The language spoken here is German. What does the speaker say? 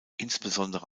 insbesondere